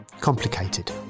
Complicated